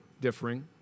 differing